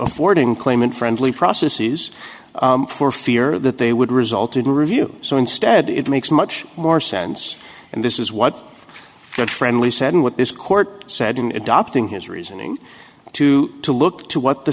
affording clment friendly processes for fear that they would result in review so instead it makes much more sense and this is what the friendly said and what this court said in adopting his reasoning to to look to what the